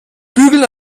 bügeln